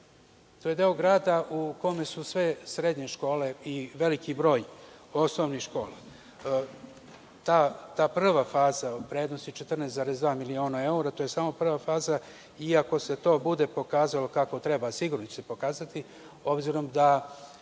to je deo grada u kome su sve srednje škole i veliki broj osnovnih škola. Ta prva faza u vrednosti od 14,2 miliona evra… I ako se to bude pokazalo kako treba, a sigurno će se pokazati, obzirom da